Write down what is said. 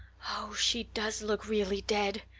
oh, she does look really dead,